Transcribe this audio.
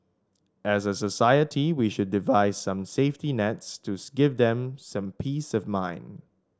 as a society we should devise some safety nets to give them some peace of mind